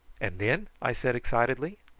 and then? i said excitedly.